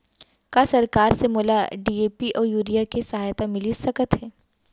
का सरकार से मोला डी.ए.पी अऊ यूरिया के सहायता मिलिस सकत हे?